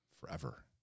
forever